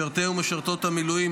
משרתי ומשרתות המילואים,